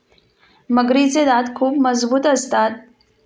मगरीचे दात खूप मजबूत असतात